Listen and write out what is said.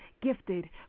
Gifted